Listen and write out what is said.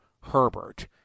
Herbert